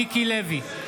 (קורא בשמות חברי הכנסת) מיקי לוי,